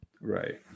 Right